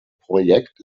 projekt